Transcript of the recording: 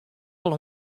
wol